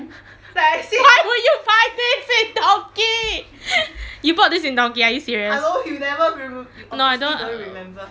why would buy this in donki you bought this in donki are you serious no I don't